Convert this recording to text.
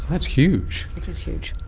that's huge. it is huge.